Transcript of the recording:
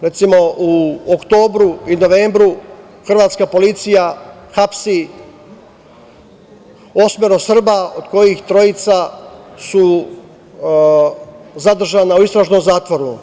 Recimo, u oktobru i novembru hrvatska policija hapsi osmoro Srba od kojih su trojica zadržana u istražnom zatvoru.